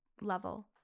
level